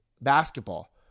basketball